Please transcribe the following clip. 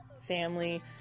family